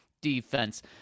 defense